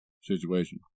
situation